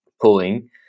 pulling